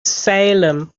salem